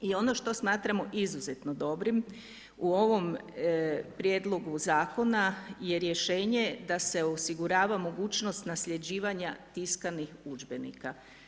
I ono što smatramo izuzetno dobrim u ovom prijedlogu zakona je rješenje da se osigurava mogućnost nasljeđivanja tiskanih udžbenika.